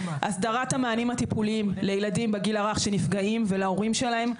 הסדרת המענים הטיפוליים לילדים לגיל הרך שנפגעים ולהורים שלהם,